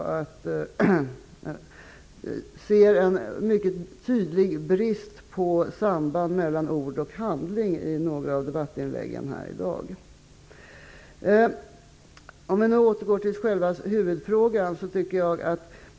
Jag ser en mycket tydlig brist på samband mellan ord och handling i några av debattinläggen i dag. Jag skall nu återgå till själva huvudfrågan.